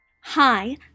Hi